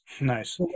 Nice